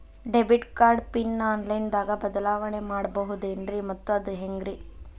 Debit card PIN online ದಾಗ ಬದಲಾವಣೆ ಮಾಡಬಹುದೇನ್ರಿ ಮತ್ತು ಅದು ಹೆಂಗ್ರಿ?